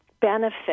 benefit